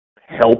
help